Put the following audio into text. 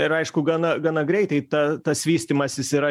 ir aišku gana gana greitai ta tas vystymasis yra